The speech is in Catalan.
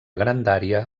grandària